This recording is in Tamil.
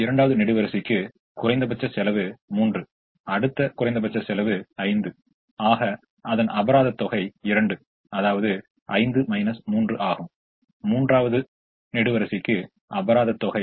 இப்போது இங்கே இந்த கட்டத்தின் சுழற்சி இங்கே தொடங்குகிறது அதன் அடிப்படையில் இந்த எண் இங்கு பொருந்துகிறது அதுபோல் இந்த எண் இங்கு பொருந்துகிறது அது மீண்டும் அதே நிலைக்கு வருகிறது